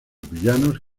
villanos